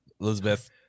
Elizabeth